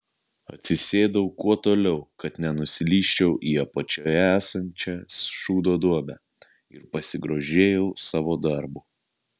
atsisėdau kuo toliau kad nenuslysčiau į apačioje esančią šūdo duobę ir pasigrožėjau savo darbu